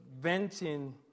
venting